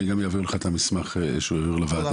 אני גם אעביר לך את המסמך של הוועדה.